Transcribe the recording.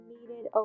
needed